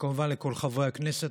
וכמובן לכל חברי הכנסת.